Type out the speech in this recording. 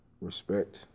Respect